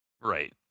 right